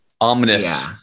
ominous